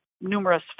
numerous